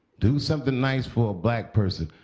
do something nice for a black person.